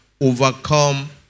overcome